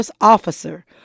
officer